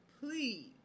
please